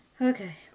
Okay